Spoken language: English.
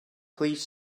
please